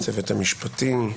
לצוות המשפטי,